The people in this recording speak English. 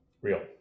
real